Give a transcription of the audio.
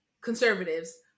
conservatives